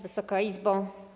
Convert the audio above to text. Wysoka Izbo!